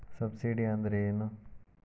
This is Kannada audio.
ಸಬ್ಸಿಡಿ ಅಂದ್ರೆ ಏನು?